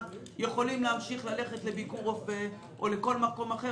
יכולים להמשיך ללכת לביקור רופא או לכל מקום אחר.